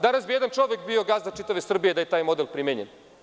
Danas bi jedan čovek bio gazda čitave Srbije da je taj model primenjen.